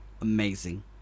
amazing